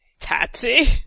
Patsy